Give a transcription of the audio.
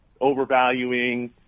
overvaluing